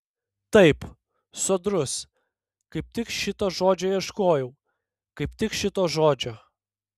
taip sodrus kaip tik šito žodžio ieškojau kaip tik šito žodžio